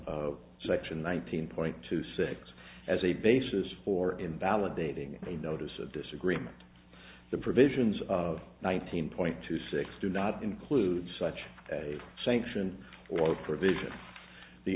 of section one thousand point two six as a basis for invalidating a notice of disagreement the provisions of nineteen point two six do not include such a sanction or provision the